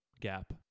gap